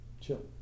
chill